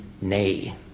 Nay